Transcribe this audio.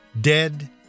dead